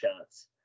shots